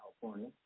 California